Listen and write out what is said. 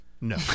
No